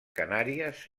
canàries